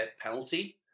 penalty